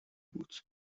بود